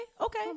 okay